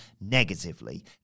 negatively